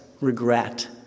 regret